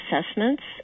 assessments